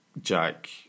Jack